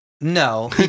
No